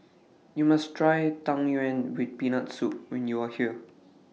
YOU must Try Tang Yuen with Peanut Soup when YOU Are here